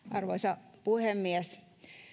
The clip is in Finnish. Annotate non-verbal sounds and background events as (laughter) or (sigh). (unintelligible) arvoisa puhemies (unintelligible)